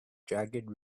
jagged